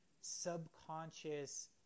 subconscious